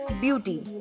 beauty